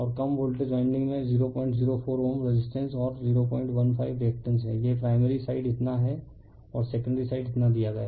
और कम voltage winding में 004Ω रेसिस्टेंस और 015Ω रिएक्टेंस यह प्राइमरी साइड इतना है और सेकेंडरी साइड इतना दिया गया है